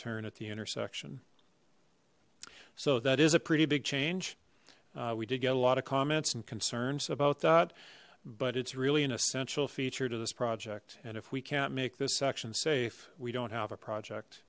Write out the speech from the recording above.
turn at the intersection so that is a pretty big change we did get a lot of comments and concerns about that but it's really an essential feature to this project and if we can't make this section safe we don't have a project